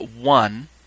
one